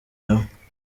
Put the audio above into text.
nawe